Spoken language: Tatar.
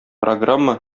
программа